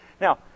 Now